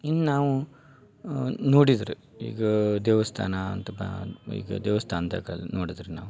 ಇನ್ನ ನಾವು ನೋಡಿದ್ರೆ ಈಗ ದೇವಸ್ಥಾನ ಅಂತ ಬಾನ್ ಈಗ ದೇವಸ್ಥಾನ್ದಾಗ ನೋಡಿದ್ರೆ ನಾವು